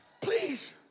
Please